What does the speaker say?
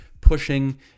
pushing